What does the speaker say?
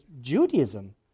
Judaism